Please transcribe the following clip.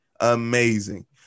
amazing